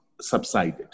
subsided